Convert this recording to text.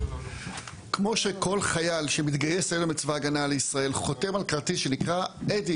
כמו שכל חייל שמתגייס היום לצבא הגנה לישראל חותם על כרטיס שנקרא אדי.